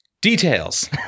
Details